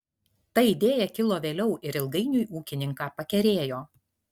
ta idėja kilo vėliau ir ilgainiui ūkininką pakerėjo